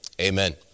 Amen